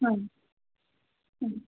ಹಾಂ ಹ್ಞೂ